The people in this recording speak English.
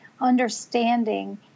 Understanding